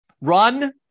Run